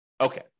Okay